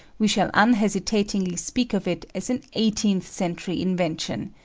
we shall unhesitatingly speak of it as an eighteenth century invention,